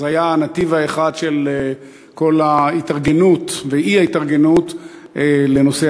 אז היה הנתיב האחד של כל ההתארגנות והאי-התארגנות לשלג.